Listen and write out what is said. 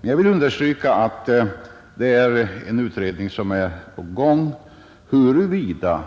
Men jag vill framhålla att det är en undersökning på gång huruvida